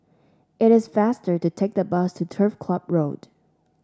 it is faster to take the bus to Turf Club Road